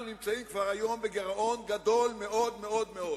נמצאים כבר היום בגירעון גדול מאוד-מאוד-מאוד.